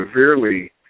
severely